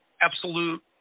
absolute